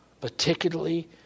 particularly